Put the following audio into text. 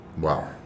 Wow